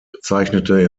bezeichnete